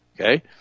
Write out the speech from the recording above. okay